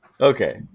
Okay